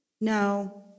No